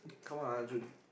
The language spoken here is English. come on ah Arjun